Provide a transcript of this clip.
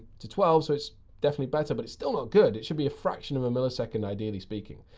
to twelve. so it's definitely better, but it's still not good. it should be a fraction of a millisecond, ideally speaking.